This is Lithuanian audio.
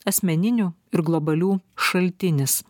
asmeninių ir globalių šaltinis